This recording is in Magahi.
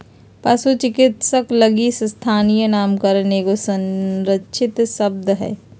पशु चिकित्सक लगी स्थानीय नामकरण एगो संरक्षित शब्द हइ